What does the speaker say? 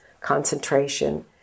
concentration